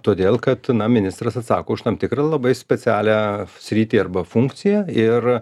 todėl kad na ministras atsako už tam tikrą ir labai specialią sritį arba funkciją ir